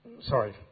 sorry